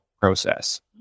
process